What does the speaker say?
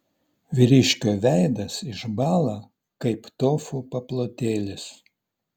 vyriškio veidas išbąla kaip tofu paplotėlis